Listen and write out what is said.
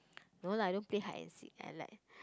no lah I don't play hide and seek I like